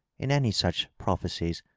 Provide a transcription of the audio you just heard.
in any such prophe cies.